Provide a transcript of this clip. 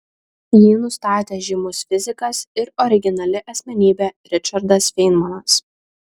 jį nustatė žymus fizikas ir originali asmenybė ričardas feinmanas